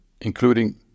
including